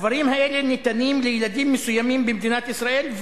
הדברים האלה ניתנים לילדים מסוימים במדינת ישראל,